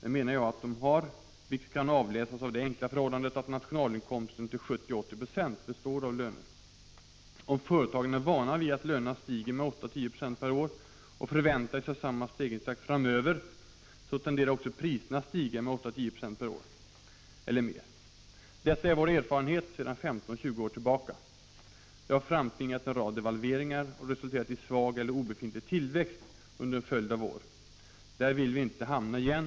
Det menar jag att de har, vilket kan avläsas av det enkla förhållandet att nationalinkomsten till 70-80 26 består av löner. Om företagen är vana vid att lönerna stiger med 8-10 96 per år och förväntar sig samma stegringstakt framöver, så tenderar också priserna att stiga med 810 I per år. Detta är vår erfarenhet sedan 15-20 år tillbaka. Det har framtvingat en rad devalveringar och resulterat i svag eller obefintlig tillväxt under en följd av år. Där vill vi inte hamna igen.